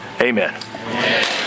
Amen